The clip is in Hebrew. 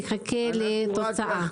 נחכה לתוצאה.